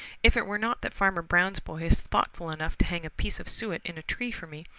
if it were not that farmer brown's boy is thoughtful enough to hang a piece of suet in a tree for me,